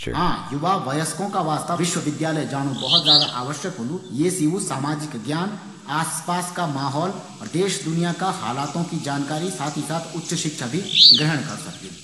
हाँ! युवा वयस्कों का वास्ता विश्वविद्यालय जाणु बहुत ज्यादा आवश्यक होंदु। ये सी वू सामाजिक ज्ञान, आस पास का माहौल और देश दुनिया का हालातों की जानकारी साथ ही साथ उच्च शिक्षा भी ग्रहण कर सकदिन।